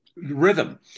Rhythm